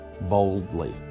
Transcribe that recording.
boldly